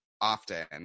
often